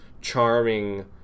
charming